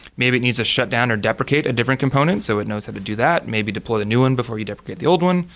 maybe it needs to shut down or deprecate a different component, so it knows how to do that. maybe deploy the new one before you deprecate the old one.